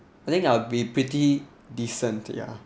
I think I'll be pretty decent ya